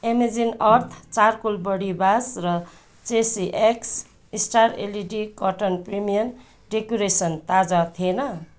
amazing Earth charcoal body wash र चेसी X star LED cotton premium decoration ताजा थिएन